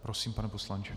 Prosím, pane poslanče.